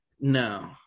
No